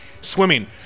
swimming